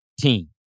team